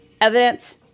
evidence